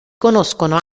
conoscono